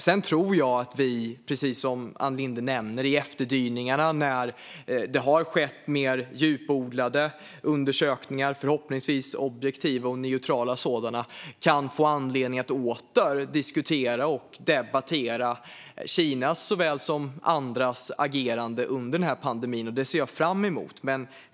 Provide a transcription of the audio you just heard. Jag tror att vi, precis som Ann Linde nämner, i efterdyningarna när det har skett mer djupodlade undersökningar, förhoppningsvis objektiva och neutrala sådana, kan få anledning att åter diskutera och debattera Kinas såväl som andras agerande under pandemin. Det ser jag fram emot.